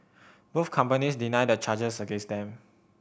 both companies deny the charges against them